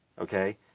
Okay